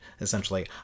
essentially